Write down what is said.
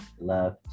love